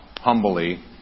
humbly